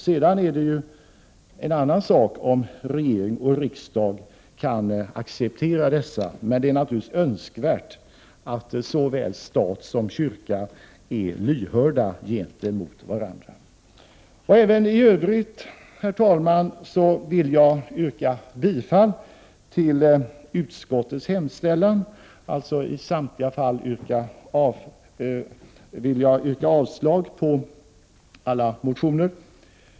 Sedan är det en annan sak om regering och riksdag kan acceptera dessa, men det är naturligtvis önskvärt att såväl stat som kyrka är lyhörda gentemot varandra. Även i övrigt, herr talman, vill jag yrka bifall till utskottets hemställan och alltså avslag på samtliga motioner.